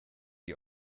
ihr